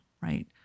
right